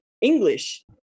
English